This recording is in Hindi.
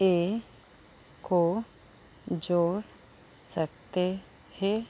ए को जोड़ सकते हें